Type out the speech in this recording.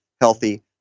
healthy